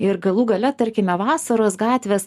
ir galų gale tarkime vasaros gatvės